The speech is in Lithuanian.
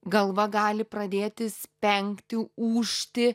galva gali pradėti spengti ūžti